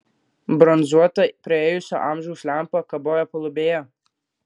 bronzuota praėjusio amžiaus lempa kabojo palubėje